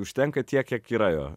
užtenka tiek kiek yra jo